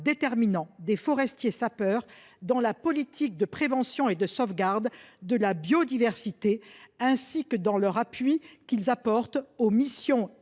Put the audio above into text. déterminant des forestiers sapeurs dans la politique de prévention et de sauvegarde de la biodiversité ainsi que dans l’appui qu’ils apportent aux missions héliportées